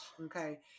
okay